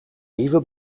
nieuwe